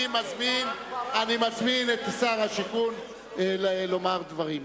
אני מזמין את שר השיכון לומר דברים.